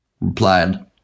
replied